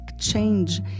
change